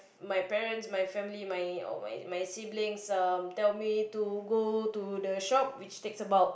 my parents my family my uh my my sibling um tell me to go to the shop which takes about